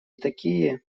такие